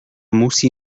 musí